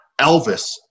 Elvis